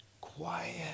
quiet